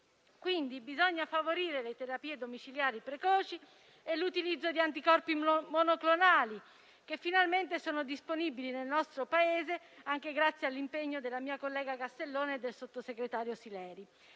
Quindi, bisogna favorire le terapie domiciliari precoci e l'utilizzo di anticorpi monoclonali, che finalmente sono disponibili nel nostro Paese anche grazie all'impegno della mia collega Castellone e del sottosegretario Sileri.